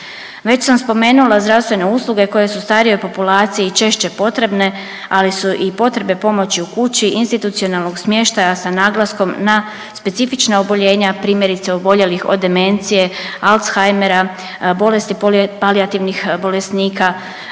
Već sam spomenula zdravstvene usluge koje su starijoj populaciji češće potrebne, ali su i potrebe pomoći u kući institucionalnog smještaja sa naglaskom na specifična oboljenja, primjerice oboljelih od demencije, Alzheimera, bolesti palijativnih bolesnika